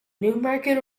newmarket